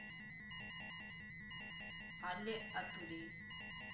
ᱟᱞᱮ ᱟᱛᱳ ᱨᱮ